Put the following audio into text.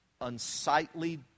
unsightly